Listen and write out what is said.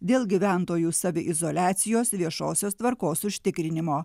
dėl gyventojų saviizoliacijos viešosios tvarkos užtikrinimo